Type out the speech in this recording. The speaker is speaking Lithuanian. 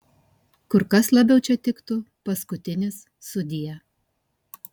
kur kas labiau čia tiktų paskutinis sudie